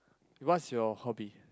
what's your hobby